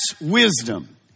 wisdom